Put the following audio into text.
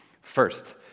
First